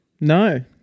No